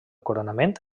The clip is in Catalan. coronament